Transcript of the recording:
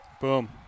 Boom